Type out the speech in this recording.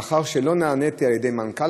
לאחר שלא נעניתי על ידי מנכ"ל